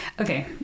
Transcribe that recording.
Okay